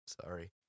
Sorry